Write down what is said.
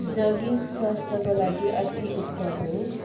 jogging स्वास्थ्यको लागि अति उत्तम हो